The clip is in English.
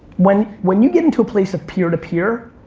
when when you get into a place of peer-to-peer,